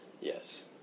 Yes